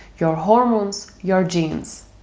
your hormones, your genes.